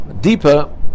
deeper